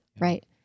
right